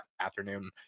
afternoon